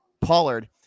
Pollard